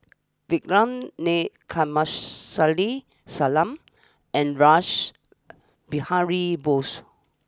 Vikram Nair Kamsari Salam and Rash Behari Bose